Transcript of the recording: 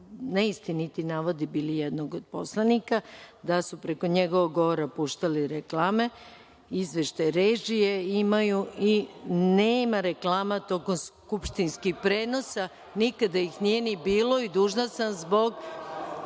neistiniti navodi bili jednog poslanika, da su preko njegovog govora puštali reklame. Izveštaj režije imaju – nema reklama tokom skupštinskih prenosa, nikada ih nije ni bilo. Dužna sam zbog